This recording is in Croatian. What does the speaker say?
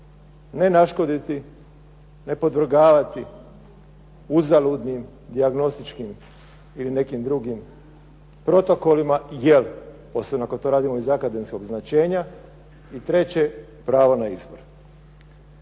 Ne naškoditi, ne podvrgavati uzaludnim dijagnostičkim ili nekim drugim protokolima, jer posebno ako to radimo iz akademskog značenja i treće pravo na izbor.